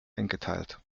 eingeteilt